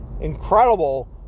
incredible